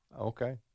Okay